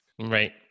Right